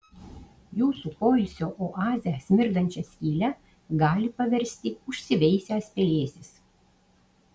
jūsų poilsio oazę smirdančia skyle gali paversti užsiveisęs pelėsis